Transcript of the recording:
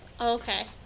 okay